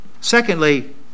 Secondly